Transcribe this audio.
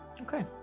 Okay